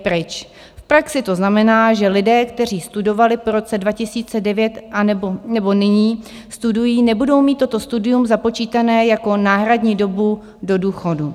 V praxi to znamená, že lidé, kteří studovali po roce 2009 anebo nyní studují, nebudou mít toto studium započítané jako náhradní dobu do důchodu.